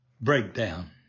breakdown